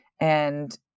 And-